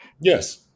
Yes